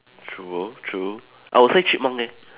true true I would say chipmunk leh